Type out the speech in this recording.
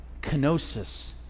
kenosis